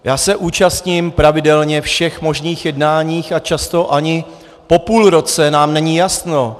Já se účastním pravidelně všech možných jednání a často ani po půl roce nám není jasno.